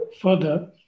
further